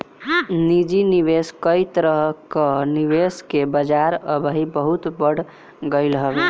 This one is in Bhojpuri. निजी निवेश कई तरह कअ निवेश के बाजार अबही बहुते बढ़ गईल हवे